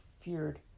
feared